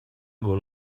will